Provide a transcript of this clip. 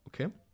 Okay